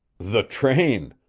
the train,